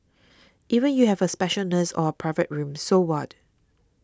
even if you have a special nurse or a private room so what